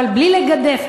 אבל בלי לגדף,